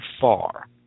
far